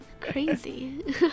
Crazy